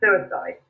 suicide